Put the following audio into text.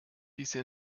diese